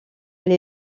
elle